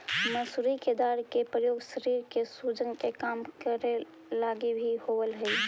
मसूरी के दाल के प्रयोग शरीर के सूजन के कम करे लागी भी होब हई